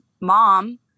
mom